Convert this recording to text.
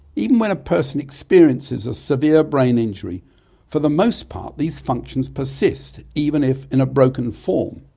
even when a person experiences a severe brain injury for the most part these functions persist, even if in a broken form.